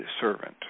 servant